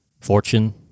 fortune